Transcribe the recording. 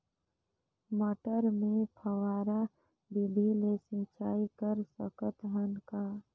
मटर मे फव्वारा विधि ले सिंचाई कर सकत हन का?